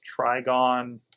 trigon